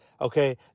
Okay